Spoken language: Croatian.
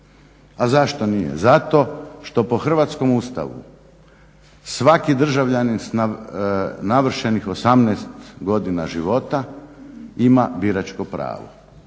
A zašto nije? Zato što po Hrvatskom Ustavu svaki državljanin sa navršenih 18 godina života ima biračku pravo,